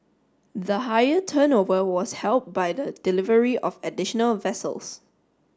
the higher turnover was helped by the delivery of additional vessels